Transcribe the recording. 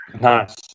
Nice